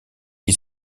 qui